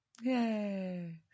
Yay